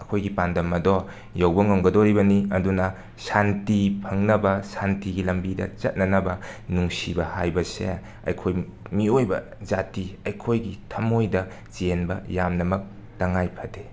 ꯑꯩꯈꯣꯏꯒꯤ ꯄꯥꯟꯗꯝ ꯑꯗꯣ ꯌꯧꯕ ꯉꯝꯒꯗꯧꯔꯤꯕꯅꯤ ꯑꯗꯨꯅ ꯁꯥꯟꯇꯤ ꯐꯪꯅꯕ ꯁꯥꯟꯇꯤꯒꯤ ꯂꯝꯕꯤꯗ ꯆꯠꯅꯅꯕ ꯅꯨꯡꯁꯤꯕ ꯍꯥꯏꯕꯁꯦ ꯑꯩꯈꯣꯏ ꯃꯤꯑꯣꯏꯕ ꯖꯥꯇꯤ ꯑꯩꯈꯣꯏꯒꯤ ꯊꯝꯃꯣꯏꯗ ꯆꯦꯟꯕ ꯌꯥꯝꯅꯃꯛ ꯇꯪꯉꯥꯏ ꯐꯗꯦ